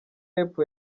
y’epfo